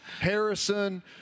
Harrison